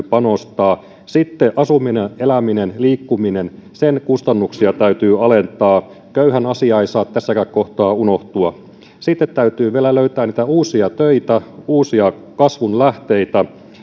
panostaa sitten asuminen eläminen liikkuminen niiden kustannuksia täytyy alentaa köyhän asia ei saa tässäkään kohtaa unohtua sitten täytyy vielä löytää niitä uusia töitä uusia kasvun lähteitä